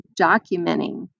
documenting